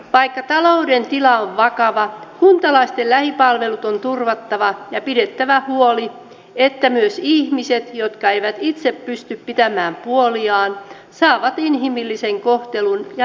vaikka talouden tila on vakava kuntalaisten lähipalvelut on turvattava ja pidettävä huoli että myös ihmiset jotka eivät itse pysty pitämään puoliaan saavat inhimillisen kohtelun ja riittävän toimeentulon